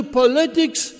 politics